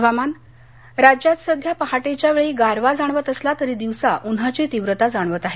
हवामान राज्यात सध्या पहाटेच्या वेळी गारवा जाणवत असला तरी दिवसा उन्हाची तीव्रता जाणवत आहे